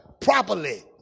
properly